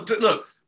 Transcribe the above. Look